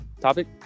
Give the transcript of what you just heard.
topic